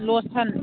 lotion